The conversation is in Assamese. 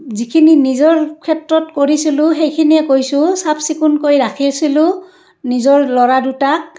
যিখিনি নিজৰ ক্ষেত্ৰত কৰিছিলোঁ সেইখিনিয়ে কৈছোঁ চাফ চিকুণকৈ ৰাখিছিলোঁ নিজৰ ল'ৰা দুটাক